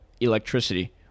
electricity